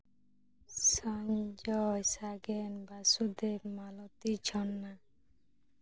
ᱥᱚᱧᱡᱚᱭ ᱥᱟᱜᱮᱱ ᱵᱟᱥᱩᱫᱮᱵᱽ ᱢᱟᱞᱚᱛᱤ ᱡᱷᱚᱨᱱᱟ